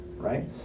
right